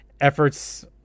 efforts